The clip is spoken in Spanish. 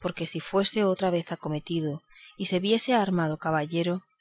porque si fuese otra vez acometido y se viese armado caballero